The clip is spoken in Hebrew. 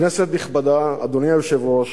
כנסת נכבדה, אדוני היושב-ראש,